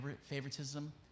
favoritism